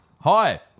Hi